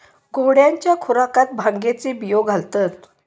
घोड्यांच्या खुराकात भांगेचे बियो घालतत